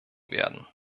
werden